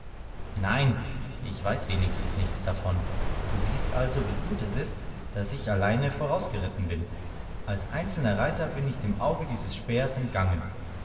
nein ich weiß wenigstens nichts davon du siehst also wie gut es ist daß ich allein vorausgeritten bin als einzelner reiter bin ich dem auge dieses spähers entgangen